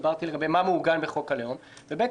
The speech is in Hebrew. דיברתי על מה מעוגן בחוק הלאום, ב.